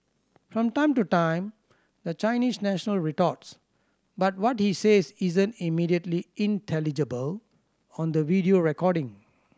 from time to time the Chinese national retorts but what he says isn't immediately intelligible on the video recording